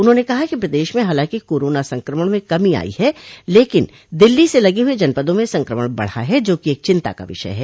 उन्होंने कहा कि प्रदेश में हालांकि कोरोना संक्रमण में कमी आई है लेकिन दिल्ली से लगे हुए जनपदों में संक्रमण बढ़ा है जोकि एक चिन्ता का विषय है